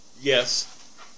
Yes